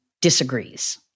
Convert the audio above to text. disagrees